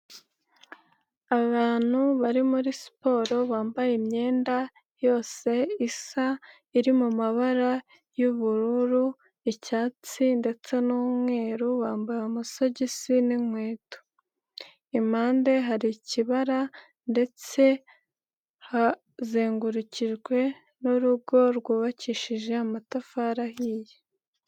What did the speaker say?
Abantu bari muri siporo bambaye imyenda yose isa iri mu mabara y'ubururu, icyatsi ndetse n'umweru bambaye amasogisi n'inkweto, impande hari ikibara ndetse hazengurukijwe n'urugo rwubakishije amatafari ahiye.